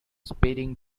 speeding